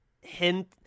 hint